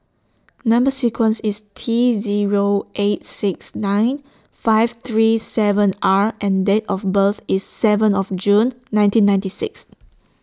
Number sequence IS T Zero eight six nine five three seven R and Date of birth IS seven of June nineteen ninety six